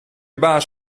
baas